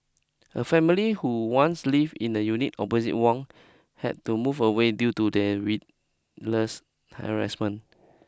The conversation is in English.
a family who once lived in a unit opposite Wang had to move away due to her read less harassment